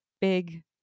big